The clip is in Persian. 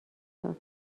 داد